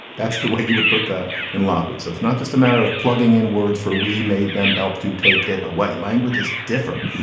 that's the way you would put that in lahore. so it's not just a matter of plugging in words for we made them help to take it away. languages differ.